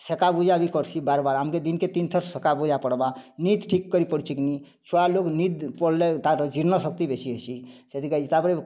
ସେକା ବୁଝା ବି କର୍ସି ବାରବାର ଆମ୍କେ ଦିନ୍କେ ତିନିଥର ସେକା ବୁଝା ପଡ଼ବା ନିତି ଠିକ କରି ପଡୁଛେ କିନି ଛୁଆ ଲୋକ ନୀତି ପଡ଼୍ଲେ ତା'ର ଜୀର୍ଣ୍ଣ ଶକ୍ତି ବେଶୀ ହେସି ସେଥିକି ତା'ପରେ